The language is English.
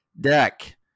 deck